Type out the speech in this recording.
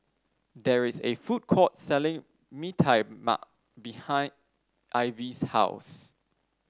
there is a food court selling Mee Tai Mak behind Ivie's house